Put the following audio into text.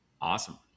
awesome